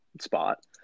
spot